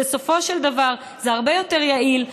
בסופו של דבר זה הרבה יותר יעיל,